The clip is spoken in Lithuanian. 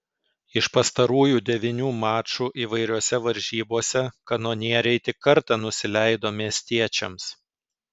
iš pastarųjų devynių mačų įvairiose varžybose kanonieriai tik kartą nusileido miestiečiams